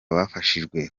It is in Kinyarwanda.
bafashijwe